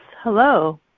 Hello